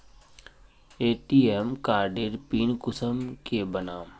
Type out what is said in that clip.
ATM कार्डेर PIN कुंसम के बनाम?